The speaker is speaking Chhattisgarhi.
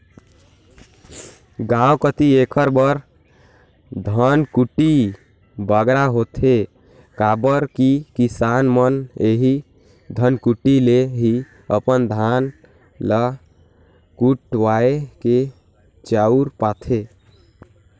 गाँव कती एकर बर धनकुट्टी बगरा होथे काबर कि किसान मन एही धनकुट्टी ले ही अपन धान ल कुटवाए के चाँउर पाथें